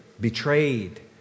betrayed